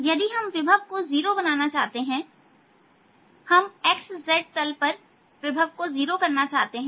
यदि हम विभव को 0 बनाना चाहते हैं हम xz तल पर विभव को 0 करना चाहते हैं